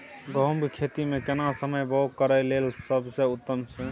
गहूम के खेती मे केना समय बौग करय लेल सबसे उत्तम छै?